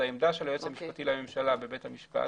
העמדה של היועץ המשפטי לממשלה בבית המשפט